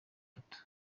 gatanu